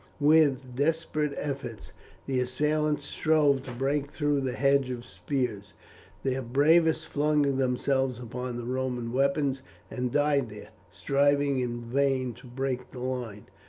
with desperate efforts the assailants strove to break through the hedge of spears their bravest flung themselves upon the roman weapons and died there, striving in vain to break the line.